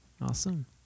Awesome